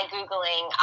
Googling